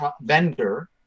vendor